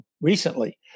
recently